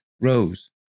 Rose